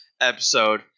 episode